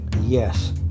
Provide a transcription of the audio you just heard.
Yes